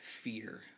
fear